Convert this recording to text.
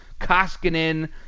Koskinen